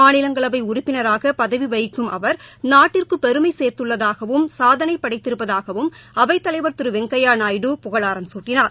மாநிலங்களவைஉறுப்பினராகபதவிவகிக்கும் அவர் நாட்டிற்குபெருமைசேர்த்துள்ளதாகவும் சாதனைபடைத்திருப்பதாகவும் அவைத்தலைவர் திருவெங்கையாநாயுடு புகழாரம் சூட்டினார்